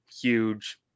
huge